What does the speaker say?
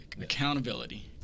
accountability